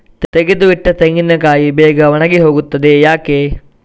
ತೆಗೆದು ಇಟ್ಟ ತೆಂಗಿನಕಾಯಿ ಬೇಗ ಒಣಗಿ ಹೋಗುತ್ತದೆ ಯಾಕೆ?